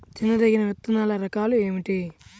తినదగిన విత్తనాల రకాలు ఏమిటి?